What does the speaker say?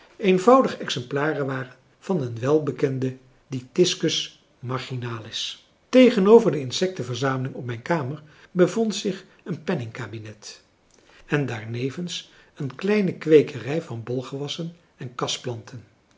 eenvoudig exemplaren waren van den welbekenden dytiscus marginalis tegenover de insectenverzameling op mijn kamer bevond zich een penningkabinet en daarnevens een kleine kweekerij van bolgewassen en kasplanten